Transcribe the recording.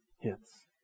hits